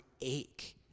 ache